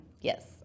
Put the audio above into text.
Yes